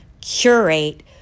curate